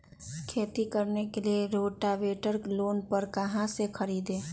खेती करने के लिए रोटावेटर लोन पर कहाँ से खरीदे?